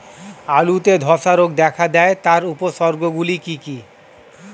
আলুতে ধ্বসা রোগ দেখা দেয় তার উপসর্গগুলি কি কি?